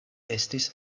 estis